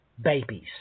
babies